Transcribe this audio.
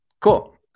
cool